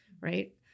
right